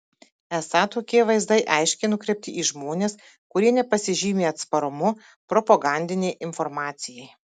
esą tokie vaizdai aiškiai nukreipti į žmones kurie nepasižymi atsparumu propagandinei informacijai